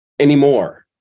anymore